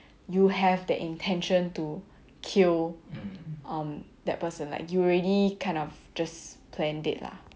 you have the intention to kill um that person like you already kind just planned it ah